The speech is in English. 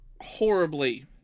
horribly